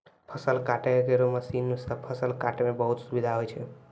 फसल काटै केरो मसीन सँ फसल काटै म बहुत सुबिधा होय छै